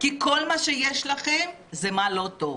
כי כל מה שיש לכם זה מה לא טוב.